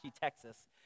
Texas